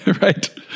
right